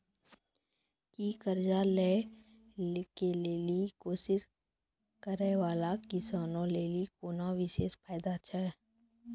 कि कर्जा लै के लेली कोशिश करै बाला किसानो लेली कोनो विशेष फायदा छै?